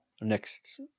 next